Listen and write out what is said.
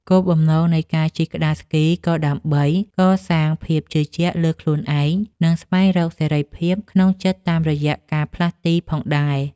គោលបំណងនៃការជិះក្ដារស្គី ក៏ដើម្បីកសាងភាពជឿជាក់លើខ្លួនឯង និងស្វែងរកសេរីភាពក្នុងចិត្តតាមរយៈការផ្លាស់ទីផងដែរ។